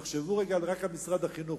תחשבו לרגע רק על משרד החינוך.